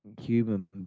human